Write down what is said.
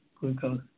glucose